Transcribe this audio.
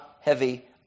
heavy